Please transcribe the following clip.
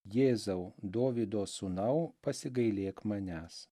jėzau dovydo sūnau pasigailėk manęs